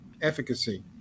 efficacy